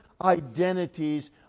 identities